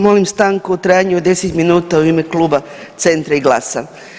Molim stanku u trajanju od 10 minuta u ime Kluba Centra i GLAS-a.